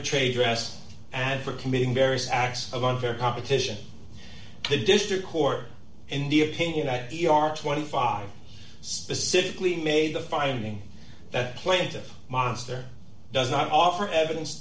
a trade dress and for committing various acts of unfair competition the district court in the opinion that the r twenty five specifically made the finding that plaintiff monster does not offer evidence